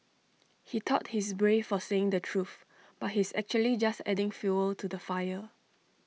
he thought he's brave for saying the truth but he's actually just adding fuel to the fire